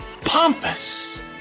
pompous